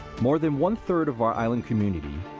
more than one-third of our island community,